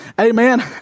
Amen